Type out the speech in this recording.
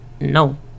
no